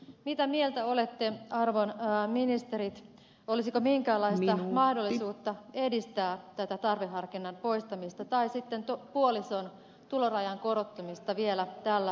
mitä mieltä olette arvon ministerit olisiko minkäänlaista mahdollisuutta edistää tätä tarveharkinnan poistamista tai sitten puolison tulorajan korottamista vielä tällä hallituskaudella